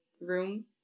room